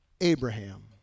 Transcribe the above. Abraham